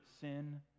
sin